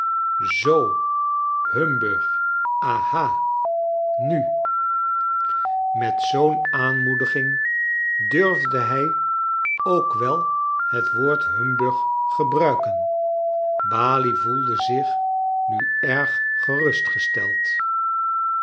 zoo humbug aha i nu charles dtckens met zoo'n aanmoediging durfde hij ook wel het woord humbug gebruiken balie voelde zich nu erg